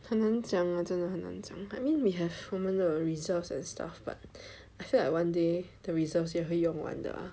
很难讲啊真的很难讲 I mean we have 我们的 reserves and stuff but I feel like one day the reserves 也会用完的